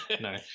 No